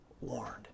warned